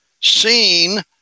seen